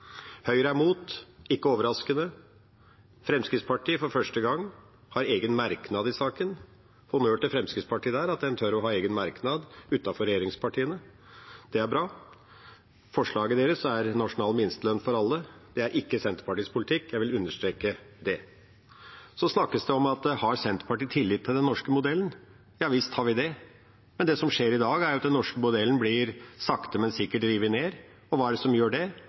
Høyre er mot, ikke overraskende. Fremskrittspartiet har for første gang en egen merknad i saken. Jeg vil gi honnør til Fremskrittspartiet for at de tør å ha en egen merknad utenfor regjeringspartiene. Det er bra. Forslaget deres er nasjonal minstelønn for alle. Det er ikke Senterpartiets politikk; jeg vil understreke det. Det snakkes om hvorvidt Senterpartiet har tillit til den norske modellen. Ja visst har vi det, men det som skjer i dag, er jo at den norske modellen sakte, men sikkert blir revet ned. Hva er det som gjør det?